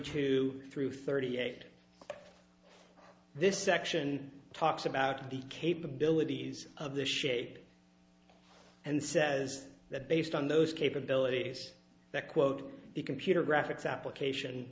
two through thirty eight this section talks about the capabilities of the shape and says that based on those capabilities that quote the computer graphics application